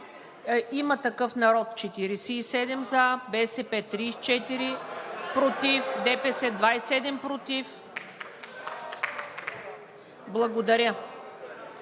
„Има такъв народ“ – 47 за, БСП – 34 против, ДПС – 27 против. Благодаря.